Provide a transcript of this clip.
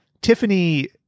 tiffany